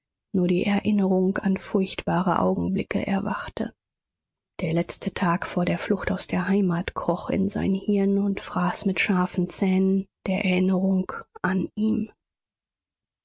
nur die erinnerung an furchtbare augenblicke erwachte der letzte tag vor der flucht aus der heimat kroch in sein hirn und fraß mit scharfen zähnen der erinnerung an ihm